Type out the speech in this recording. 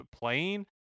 playing